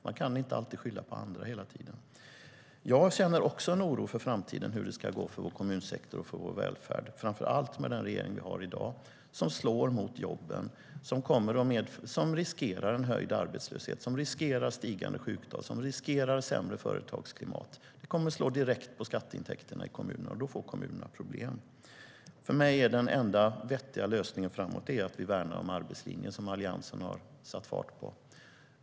De kan inte hela tiden skylla på andra. Jag känner också en oro för hur det i framtiden ska gå för vår kommunsektor och vår välfärd, framför allt med dagens regering, som slår mot jobben. Det riskerar att leda till en höjd arbetslöshet, stigande sjuktal och sämre företagsklimat, vilket slår direkt mot skatteintäkterna i kommunerna. Då får kommunerna problem. För mig är den enda vettiga lösningen att vi värnar om arbetslinjen, som Alliansen har satt fart på.